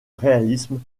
réalisme